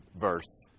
verse